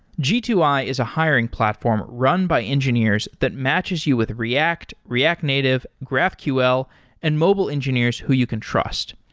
g two i is a hiring platform run by engineers that matches you with react, react native, graphql and mobile engineers who you can trust.